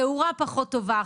תאורה פחות טובה,